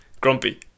grumpy